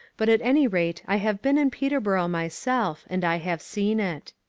but at any rate i have been in peterborough myself and i have seen it.